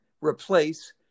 replace